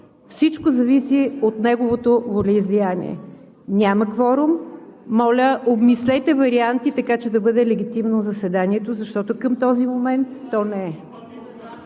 всичко зависи от неговото волеизлияние. Няма кворум. Моля, обмислете варианти, така че да бъде легитимно заседанието, защото към този момент то не е.